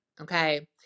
Okay